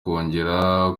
kwiyongera